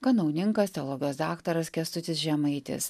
kanauninkas teologijos daktaras kęstutis žemaitis